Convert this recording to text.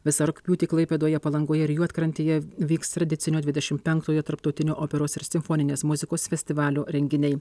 visą rugpjūtį klaipėdoje palangoje ir juodkrantėje vyks tradicinio dvidešimt penktojo tarptautinio operos ir simfoninės muzikos festivalio renginiai